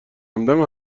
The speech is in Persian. همدم